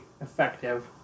effective